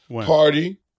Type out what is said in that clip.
party